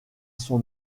son